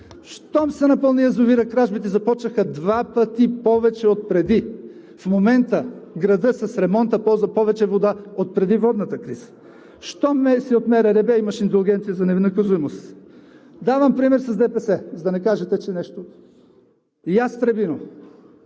Щом се напълни язовирът, кражбите започнаха два пъти повече отпреди. В момента градът с ремонта ползва повече вода отпреди водната криза. Щом си от МРРБ, имаш индулгенция за ненаказуемост. Давам пример с ДПС, за да не кажете, че нещо… „Ястребино“